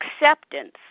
acceptance